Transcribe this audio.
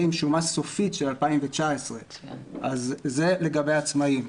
עם שומה סופית של 2019. אז זה לגבי העצמאים.